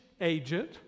agent